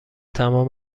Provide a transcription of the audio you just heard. تمام